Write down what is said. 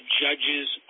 judges